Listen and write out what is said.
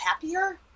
happier